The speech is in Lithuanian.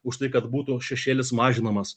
už tai kad būtų šešėlis mažinamas